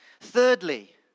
Thirdly